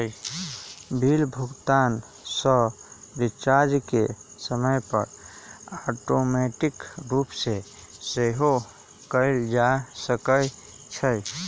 bill भुगतान आऽ recharge के समय पर ऑटोमेटिक रूप से सेहो कएल जा सकै छइ